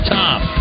top